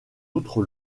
outre